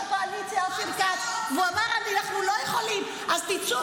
טלי, אני דיברתי